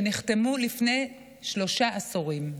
שנחתמו לפני שלושה עשורים.